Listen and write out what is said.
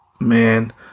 man –